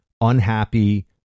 unhappy